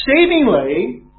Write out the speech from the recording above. savingly